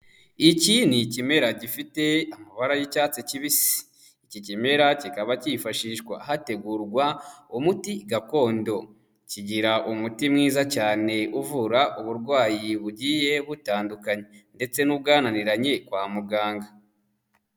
Iki ni ikimera gifite amabara y'icyatsi kibisi, iki kimera kikaba kifashishwa hategurwa umuti gakondo, kigira umuti mwiza cyane uvura uburwayi bugiye butandukanye, ndetse n'ubwananiranye kwa muganga.